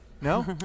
no